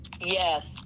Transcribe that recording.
Yes